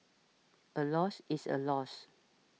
a loss is a loss